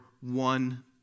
one